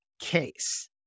case